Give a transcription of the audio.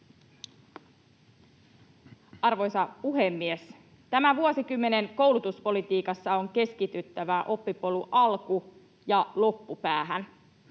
Arvoisa puhemies! Tämän vuosikymmenen koulutuspolitiikassa on keskityttävä oppipolun alku- ja loppupäähän.